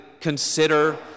consider